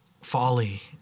folly